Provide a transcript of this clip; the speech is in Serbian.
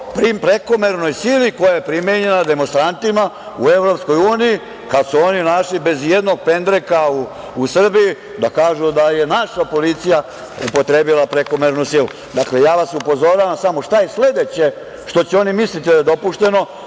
o prekomernoj sili koja je primenjena demonstrantima u EU kada su oni našli bez ijednog pendreka u Srbiji, da kažu da je naša policija upotrebila prekomernu silu. Dakle, ja vas upozoravam samo šta je sledeće što će oni misliti da je dopušteno.